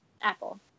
Apple